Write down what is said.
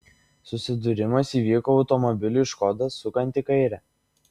susidūrimas įvyko automobiliui škoda sukant į kairę